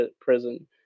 Prison